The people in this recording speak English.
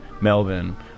Melbourne